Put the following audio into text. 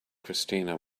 christina